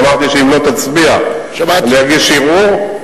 אמרתי שאם לא תצביע אני אגיש ערעור.